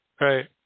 Right